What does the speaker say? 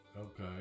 Okay